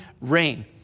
rain